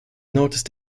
noticed